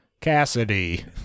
Cassidy